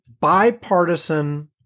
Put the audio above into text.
bipartisan